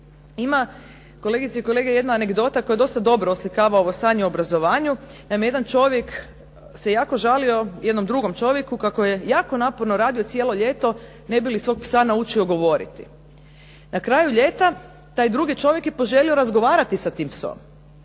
Ima, kolegice i kolege, jedna anegdota koja dosta dobro oslikava ovo stanje u obrazovanju. Naime, jedan čovjek se jako žalio jednom drugom čovjeku kako je jako naporno radio cijelo ljeto ne bi li svog psa naučio govoriti. Na kraju ljeta, taj drugi čovjek je poželio razgovarati sa tim psom.